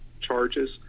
charges